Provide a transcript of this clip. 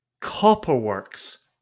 copperworks